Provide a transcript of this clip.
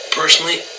personally